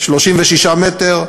36 מ"ר,